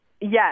Yes